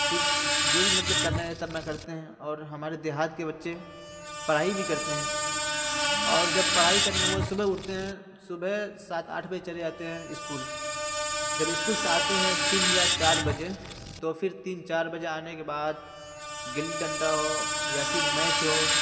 فر جو بھی مطلب کرنا رہتا ہے اپنا کرتے ہیں اور ہمارے دیہات کے بچے پڑھائی بھی کرتے ہیں اور جب پڑھائی کرنے ہو صبح اٹھتے ہیں صبح سات آٹھ بجے چلے جاتے ہیں اسکول جب اسکول سے آتے ہیں تین یا چار بجے تو پھر تین چار بجے آنے کے بعد گلّی ڈنڈا ہو یا پھر میچ ہو